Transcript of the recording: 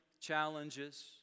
challenges